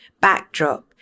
backdrop